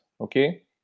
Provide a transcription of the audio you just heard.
Okay